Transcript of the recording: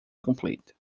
complete